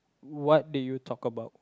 what do you talk about